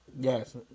Yes